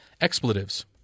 expletives